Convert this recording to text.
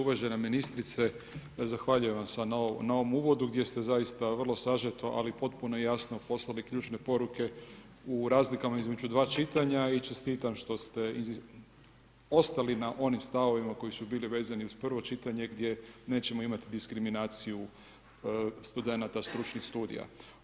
Uvažena ministrice zahvaljujem vam se na ovom uvodu gdje ste zaista vrlo sažeto ali potpuno jasno poslali ključne poruke u razlikama između dva čitanja i čestitam što ste ostali na onim stavovima koji su bili vezani uz prvo čitanje gdje nećemo imati diskriminaciju studenata stručnih studija.